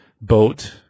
boat